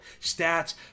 Stats